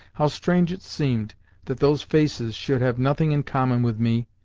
how strange it seemed that those faces should have nothing in common with me,